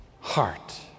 heart